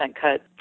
cut